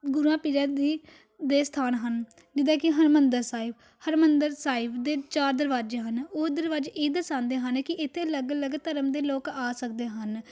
ਗੁਰੂਆਂ ਪੀਰਾਂ ਦੀ ਦੇ ਸਥਾਨ ਹਨ ਜਿੱਦਾਂ ਕਿ ਹਰਿਮੰਦਰ ਸਾਹਿਬ ਹਰਿਮੰਦਰ ਸਾਹਿਬ ਦੇ ਚਾਰ ਦਰਵਾਜ਼ੇ ਹਨ ਉਹ ਦਰਵਾਜ਼ੇ ਇਹ ਦਰਸਾਉਂਦੇ ਹਨ ਕਿ ਇੱਥੇ ਅਲੱਗ ਅਲੱਗ ਧਰਮ ਦੇ ਲੋਕ ਆ ਸਕਦੇ ਹਨ